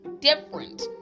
different